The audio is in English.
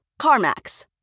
CarMax